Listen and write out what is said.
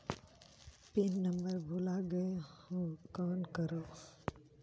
Pin number भुला गयें हो कौन करव?